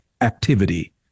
activity